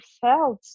felt